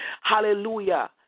Hallelujah